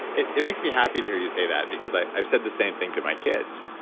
it it makes me happy to hear you say that, because i've said the same thing to my kids.